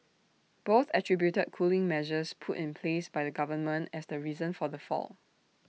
both attributed cooling measures put in place by the government as the reason for the fall